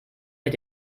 mit